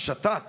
השתת